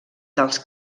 dels